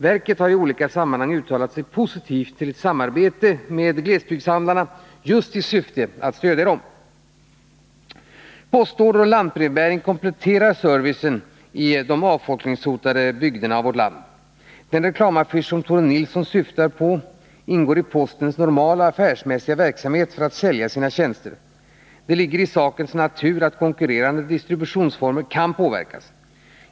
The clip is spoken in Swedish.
Verket har i olika sammanhang uttalat sig positivt till ett samarbete med glesbygdshandlarna i syfte att stödja dessa. Postorder och lantbrevbärning kompletterar servicen i avfolkningshotade glesbygder. Den reklamaffisch som Tore Nilsson syftar på ingår i postens normala affärsmässiga verksamhet för att sälja sina tjänster. Det ligger i sakens natur att konkurrerande distributionsformer kan påverkas.